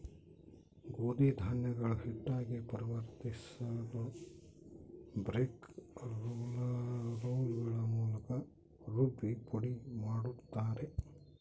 ಗೋಧಿ ಧಾನ್ಯಗಳು ಹಿಟ್ಟಾಗಿ ಪರಿವರ್ತಿಸಲುಬ್ರೇಕ್ ರೋಲ್ಗಳ ಮೂಲಕ ರುಬ್ಬಿ ಪುಡಿಮಾಡುತ್ತಾರೆ